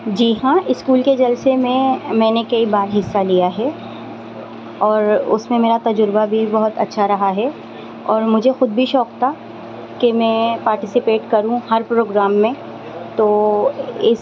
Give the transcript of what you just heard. جی ہاں اسکول کے جلسے میں میں نے کئی بار حصہ لیا ہے اور اس میں میرا تجربہ بھی بہت اچّھا رہا ہے اور مجھے خود بھی شوق تھا کہ میں پاٹیسپیٹ کروں ہر پروگرام میں تو اس